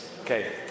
Okay